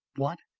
what?